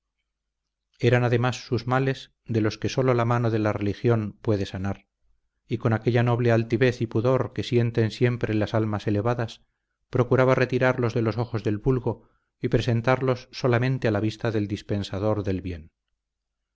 eran además sus males de los que sólo la mano de la religión puede sanar y con aquella noble altivez y pudor que sienten siempre las almas elevadas procuraba retirarlos de los ojos del vulgo y presentarlos solamente a la vista del dispensador del bien